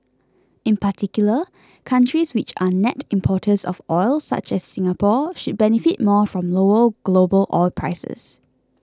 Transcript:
in particular countries which are net importers of oil such as Singapore should benefit more from lower global oil prices